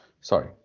Sorry